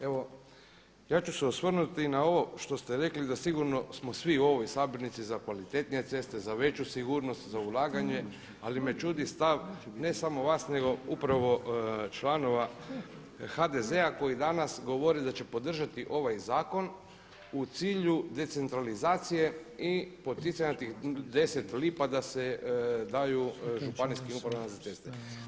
Evo ja ću se osvrnuti na ovo što ste rekli da sigurno smo svi u ovoj sabornici za kvalitetnije ceste, za veću sigurnost, za ulaganje, ali me čudi stav, ne samo vas nego upravo članova HDZ-a koji danas govore da će podržati ovaj zakon u cilju decentralizacije i poticanja tih 10 lipa da se daju županijskim upravama za ceste.